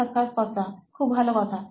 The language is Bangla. সাক্ষাৎকারকর্তা খুব ভালো কথা